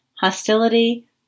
hostility